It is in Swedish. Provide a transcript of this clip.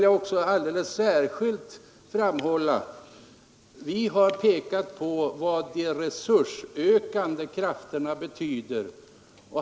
Jag vill alldeles särskilt framhålla att vi har visat på vad de resursökande krafterna betyder.